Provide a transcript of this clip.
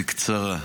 בקצרה.